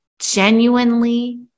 genuinely